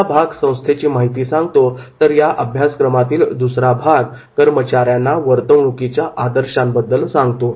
पहिला भाग संस्थेची माहिती सांगतो तर या अभ्यासक्रमातील दुसरा भाग कर्मचाऱ्यांना वर्तणुकीच्या आदर्श यांबद्दल सांगतो